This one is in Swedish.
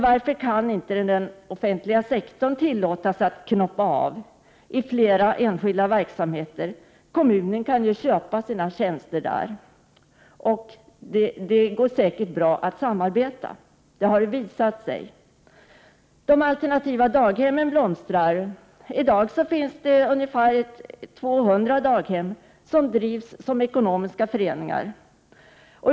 Varför kan inte den offentliga sektorn tillåtas att avknoppa flera enskilda verksamheter? Kommunen kan ju köpa sina tjänster där. Det har visat sig att det går bra att samarbeta! De alternativa daghemmen blomstrar. I dag finns ungefär 200 daghem som drivs som ekonomiska föreningar.